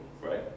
right